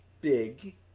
big